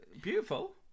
Beautiful